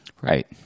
Right